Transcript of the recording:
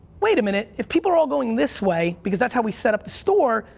wait a minute, if people are all going this way because that's how we set up the store,